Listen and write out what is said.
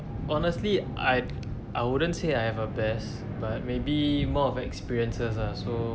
honestly I I wouldn't say I have a best but maybe more of experiences ah so